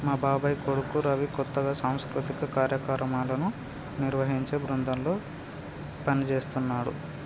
మా బాబాయ్ కొడుకు రవి కొత్తగా సాంస్కృతిక కార్యక్రమాలను నిర్వహించే బృందంలో పనిజేత్తన్నాడు